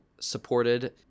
supported